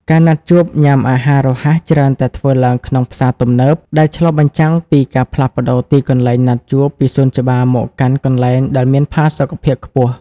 ការណាត់ជួបញ៉ាំអាហាររហ័សច្រើនតែធ្វើឡើងក្នុងផ្សារទំនើប ដែលឆ្លុះបញ្ចាំងពីការផ្លាស់ប្ដូរទីកន្លែងណាត់ជួបពីសួនច្បារមកកាន់កន្លែងដែលមានផាសុកភាពខ្ពស់។